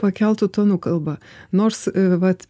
pakeltu tonu kalba nors vat